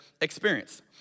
experience